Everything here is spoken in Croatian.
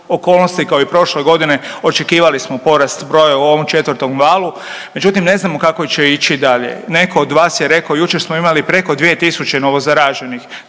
kao i prošle godine očekivali smo porast broja u ovom 4. valu, međutim ne znamo kako će ići dalje. Neko od vas je rekao jučer smo imali preko 2000 novo zaraženi,